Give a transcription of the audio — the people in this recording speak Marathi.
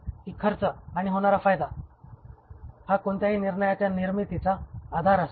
की खर्च आणि होणारा फायदा हा कोणत्याही निर्णयाच्या निर्मितीचा आधार असतो